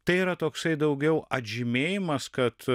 tai yra toksai daugiau atžymėjimas kad